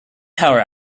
power